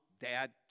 dad